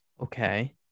Okay